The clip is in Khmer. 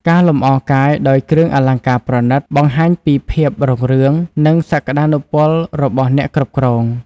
ការលម្អកាយដោយគ្រឿងអលង្ការប្រណីត បង្ហាញពីភាពរុងរឿង និងសក្តានុពលរបស់អ្នកគ្រប់គ្រង។